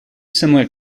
similar